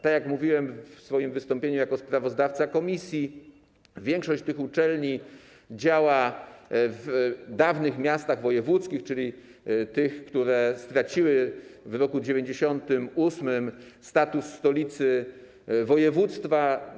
Tak jak mówiłem w swoim wystąpieniu jako sprawozdawca komisji, większość tych uczelni działa w dawnych miastach wojewódzkich, czyli tych, które straciły w roku 1998 r. status stolicy województwa.